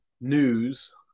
news